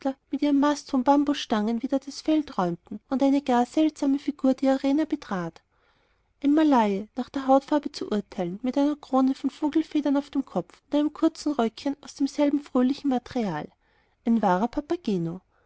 mit ihren mastenhohen bambusstangen wieder das feld räumten und eine gar seltsame figur die arena betrat ein malaye nach der hautfarbe zu urteilen mit einer krone von vogelfedern auf dem kopf und einem kurzen röckchen aus demselben fröhlichen material ein wahrer papageno